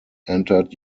entered